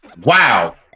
Wow